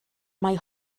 mae